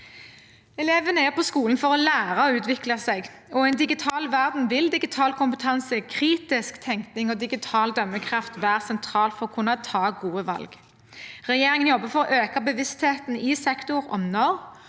Elevene er på skolen for å lære og utvikle seg. I en digital verden vil digital kompetanse, kritisk tenkning og digital dømmekraft være sentralt for å kunne ta gode valg. Regjeringen jobber for å øke bevisstheten i sektoren om når